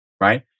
Right